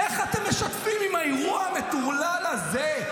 איך אתם משתפים פעולה עם האירוע המטורלל הזה?